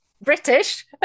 British